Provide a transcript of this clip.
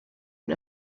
end